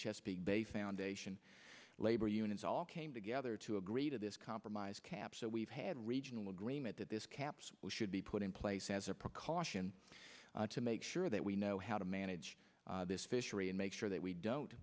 chesapeake bay foundation labor unions all came together to agree to this compromise cap so we've had regional agreement that caps should be put in place as a precaution to make sure that we know how to manage this fishery and make sure that we don't